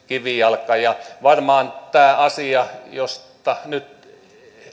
kivijalka varmaan tätä asiaa josta nyt